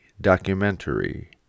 documentary